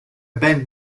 ben